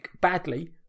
badly